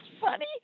funny